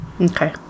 Okay